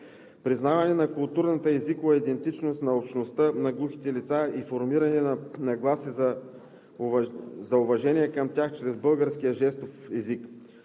признаване на културната и езиковата идентичност на общността на глухите лица и формиране на нагласи за уважение към тях чрез българския жестов език.